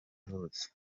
hose